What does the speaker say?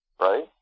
right